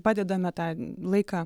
padedame tą laiką